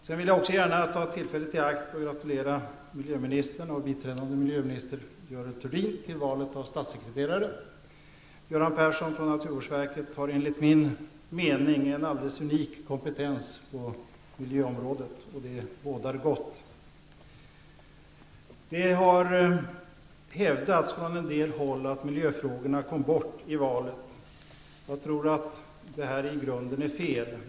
Jag vill också gärna ta tillfället i akt och gratulera miljöministern och biträdande miljöminister Görel Persson från naturvårdsverket har enligt min mening en alldeles unik kompetens på miljöområdet. Det bådar gott. Det har hävdats från en del håll att miljöfrågorna kom bort i valet. Jag tror att detta i grunden är fel.